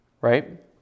right